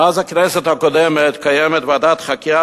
מאז הכנסת הקודמת קיימת ועדת חקירה